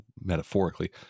metaphorically